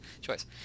choice